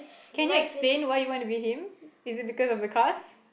can you explain why you want to be him is it because of a class